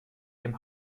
dem